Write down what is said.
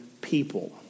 people